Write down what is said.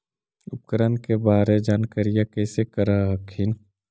उपकरण के बारे जानकारीया कैसे कर हखिन?